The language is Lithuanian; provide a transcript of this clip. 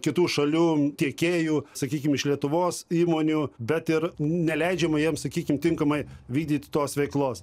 kitų šalių tiekėjų sakykim iš lietuvos įmonių bet ir neleidžiama jiems sakykim tinkamai vykdyti tos veiklos